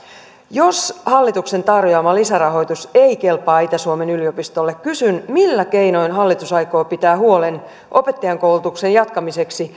jos hallituksen tarjoama lisärahoitus ei kelpaa itä suomen yliopistolle kysyn millä keinoin hallitus aikoo pitää huolen opettajankoulutuksen jatkamisesta